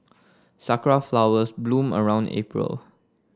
sakura flowers bloom around April